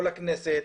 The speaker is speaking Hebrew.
לא לכנסת,